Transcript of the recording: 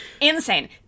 insane